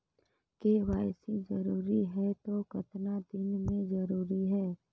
KYC जरूरी हे तो कतना दिन मे जरूरी है?